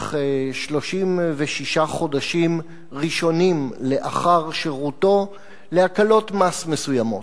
במשך 36 החודשים הראשונים לאחר שירותו להקלות מס מסוימות: